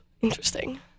Interesting